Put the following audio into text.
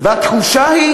והתחושה היא